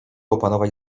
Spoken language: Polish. opanować